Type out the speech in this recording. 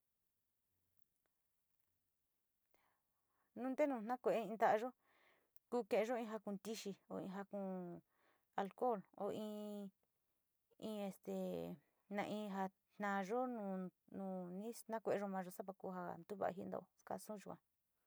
Ntenu na kuee in ta´ayo ku keeyo in ja konixi, ja ku’un alcohol in, in este na in ja nayo nuu na kueeyo mayo nava ko ja tuva´a jii ntao skaasu yua.